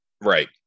Right